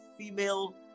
Female